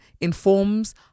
informs